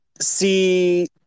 see